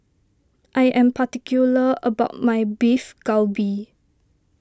I am particular about my Beef Galbi